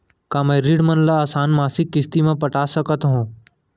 का मैं ऋण मन ल आसान मासिक किस्ती म पटा सकत हो?